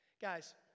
Guys